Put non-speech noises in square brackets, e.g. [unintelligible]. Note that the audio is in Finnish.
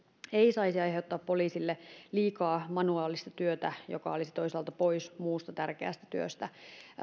[unintelligible] [unintelligible] ei saisi aiheuttaa poliisille liikaa manuaalista työtä [unintelligible] joka olisi toisaalta pois muusta tärkeästä työstä